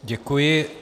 Děkuji.